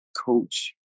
coach